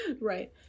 Right